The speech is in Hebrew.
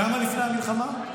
כמה לפני המלחמה?